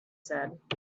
said